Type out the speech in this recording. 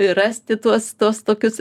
ir rasti tuos tuos tokius